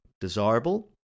Desirable